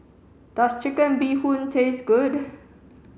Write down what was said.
does chicken bee hoon taste good